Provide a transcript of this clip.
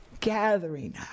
gathering